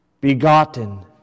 begotten